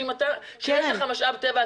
כשיש לך משאב טבע,